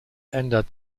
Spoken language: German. ändert